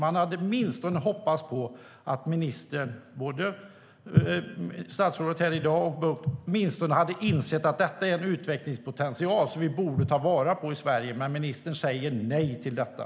Man hade hoppats att ministrarna - både statsrådet här i dag och Bucht - åtminstone hade insett att detta är en utvecklingspotential som vi borde ta vara på i Sverige. Men ministern säger nej till detta.